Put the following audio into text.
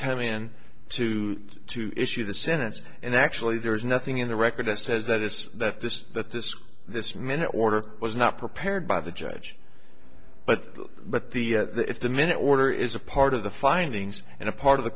come in to to issue the sentence and actually there's nothing in the record that says that it's that this that this this minute order was not prepared by the judge but but the if the minute order is a part of the findings and a part of the